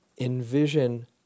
envision